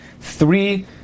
three